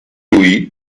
louis